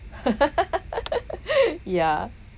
yeah